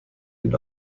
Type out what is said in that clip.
den